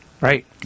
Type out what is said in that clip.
Right